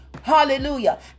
Hallelujah